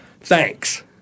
Thanks